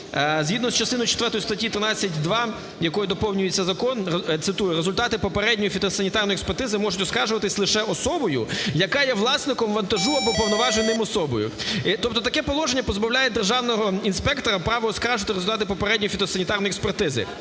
Згідно з частиною четвертою статті 13.2, якою доповнюється закон, цитую: "Результати попередньої фітосанітарної експертизи можуть оскаржуватися лише особою, яка є власником вантажу або повноваженою особою". Тобто таке положення позбавляє державного інспектора права оскаржити результати попередньої фітосанітарної експертизи.